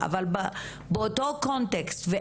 ואיך שהפיצו אותה,